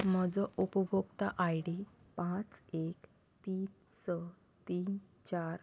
म्हजो उपोभोक्ता आयडी पांच एक तीन स तीन चार